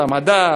המדע,